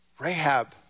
Rahab